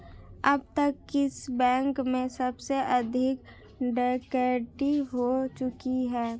अब तक किस बैंक में सबसे अधिक डकैती हो चुकी है?